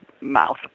mouth